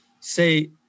say